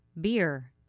Beer